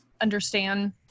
understand